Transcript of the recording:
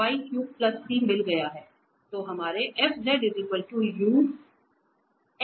तो हमारे f uxy ivxy